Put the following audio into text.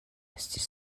estis